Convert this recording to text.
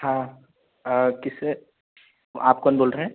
हाँ किससे आप कौन बोल रहे हैं